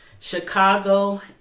Chicago